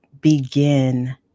begin